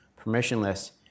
permissionless